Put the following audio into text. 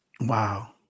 Wow